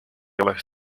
oleks